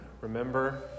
remember